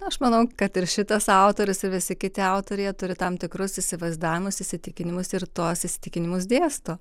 aš manau kad ir šitas autorius ir visi kiti autoriai jie turi tam tikrus įsivaizdavimus įsitikinimus ir tuos įsitikinimus dėsto